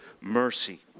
mercy